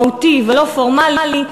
מהותי ולא פורמלי,